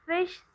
fish